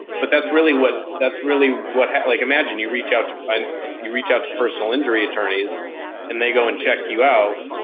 but that's really what, that's really what happened. like imagine you reach out to you, reach out to personal injury attorneys and they go and check you out.